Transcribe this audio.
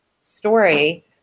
story